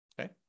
Okay